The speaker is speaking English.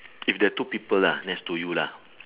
if there're two people lah next to you lah